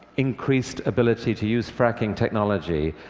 increased ability to use fracking technology,